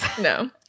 no